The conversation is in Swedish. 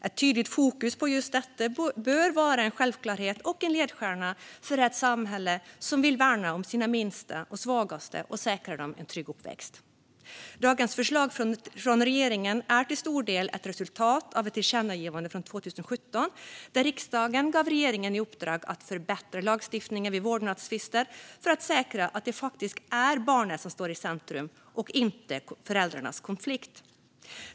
Ett tydligt fokus på just detta bör vara en självklarhet och en ledstjärna för ett samhälle som vill värna om sina minsta och svagaste och försäkra dem en trygg uppväxt. Dagens förslag från regeringen är till stor del ett resultat av ett tillkännagivande från 2017, där riksdagen gav regeringen i uppdrag att förbättra lagstiftningen vid vårdnadstvister för att säkra att det faktiskt är barnet som står i centrum och inte föräldrarnas konflikt.